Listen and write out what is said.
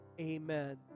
Amen